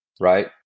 right